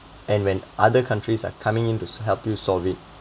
and when other countries are coming in to help you solve it